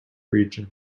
region